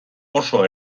oso